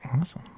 Awesome